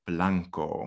Blanco